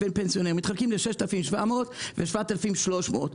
6,700 ו-7,300.